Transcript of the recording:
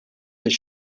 his